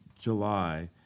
July